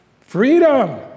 Freedom